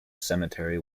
cemetery